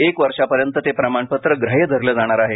एक वर्षापर्यंत ते प्रमाणपत्र ग्राह्य धरलं जाणार आहे